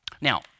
Now